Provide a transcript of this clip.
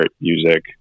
music